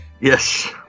Yes